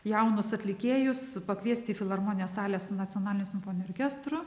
jaunus atlikėjus pakviesti į filharmonijos salę su nacionaliniu simfoniniu orkestru